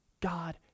God